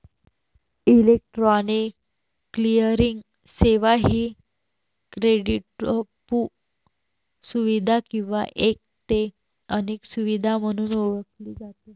electronic clearing सेवा ही क्रेडिटपू सुविधा किंवा एक ते अनेक सुविधा म्हणून ओळखली जाते